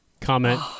comment